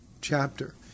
chapter